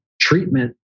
treatment